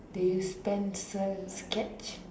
they spend some sketch